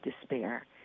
Despair